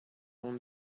own